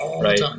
right